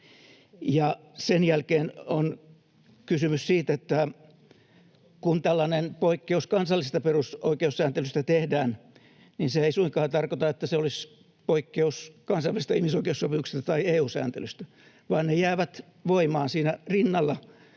Sen jälkeen on kysymys siitä, että kun tällainen poikkeus kansallisesta perusoikeussääntelystä tehdään, niin se ei suinkaan tarkoita, että se olisi poikkeus kansainvälisistä ihmisoikeussopimuksista tai EU-sääntelystä, vaan ne jäävät voimaan siinä rinnalla